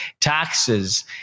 taxes